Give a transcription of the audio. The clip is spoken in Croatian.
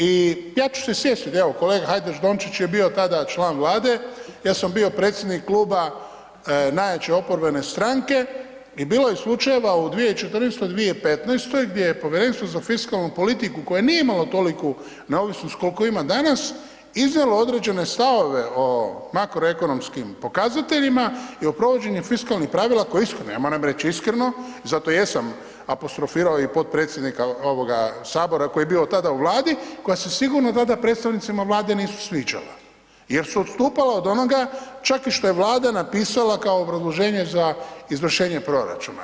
I ja ću se sjetiti, evo kolega Hajdaš Dončić je bio tada član Vlade, ja sam bio predsjednik kluba najjače oporbene stranke i bilo je slučajeva u 2014. i 2015. gdje je Povjerenstvo za fiskalnu politiku koje nije imalo toliku neovisnost koliku ima danas iznijelo određene stavove o makroekonomskim pokazateljima i o provođenju fiskalnih pravila koje ... ja moram reći iskreno i zato jesam apostrofirao i potpredsjednika Sabora koji je bio tada u Vladi koja se sigurno tada predstavnicima Vlade nisu sviđala jer su odstupala od onoga čak i što je Vlada napisala kao obrazloženje za izvršenje proračuna.